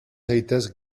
zaitez